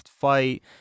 fight